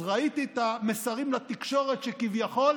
אז ראיתי את המסרים לתקשורת, שכביכול